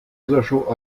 lasershow